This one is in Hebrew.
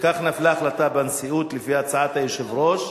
וכך נפלה החלטה בנשיאות, על-פי הצעת היושב-ראש,